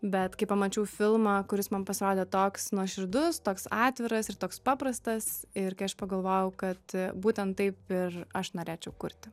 bet kai pamačiau filmą kuris man pasirodė toks nuoširdus toks atviras ir toks paprastas ir kai aš pagalvojau kad būtent taip ir aš norėčiau kurti